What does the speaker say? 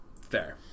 Fair